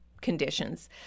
conditions